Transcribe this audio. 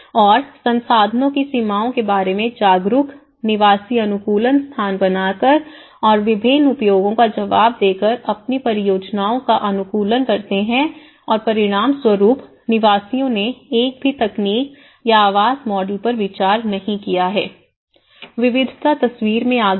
और संसाधनों की सीमाओं के बारे में जागरूक निवासी अनुकूलन स्थान बनाकर और विभिन्न उपयोगों का जवाब देकर अपनी परियोजनाओं का अनुकूलन करते हैं और परिणामस्वरूप निवासियों ने एक भी तकनीक या आवास मॉडल पर विचार नहीं किया है विविधता तस्वीर में आ गई है